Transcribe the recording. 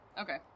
okay